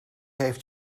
heeft